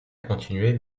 continuer